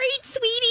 sweetie